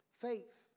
faith